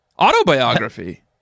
Autobiography